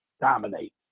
dominate